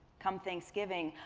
come thanksgiving,